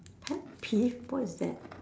pet peeve what is that